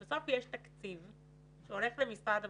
בסוף יש תקציב שהולך למשרד הבריאות.